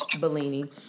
bellini